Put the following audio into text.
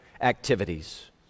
activities